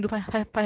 titration